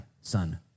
son